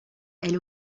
elle